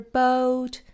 boat